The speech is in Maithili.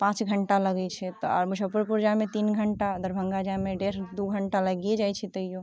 पाँच घण्टा लगैत छै आओर मुजफ्फरपुर जाइमे तीन घण्टा दरभङ्गा जाइमे डेढ़ दू घण्टा लागिये जाइत छै तैयो